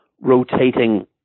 rotating